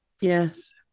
yes